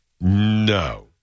No